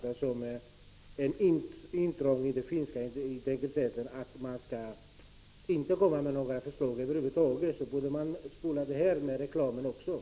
Är det så att Catarina Rönnung uppfattar det som ett intrång i den finska integriteten att lägga fram förslag över huvud taget, borde man ta bort också det uttalande som gäller reklamen.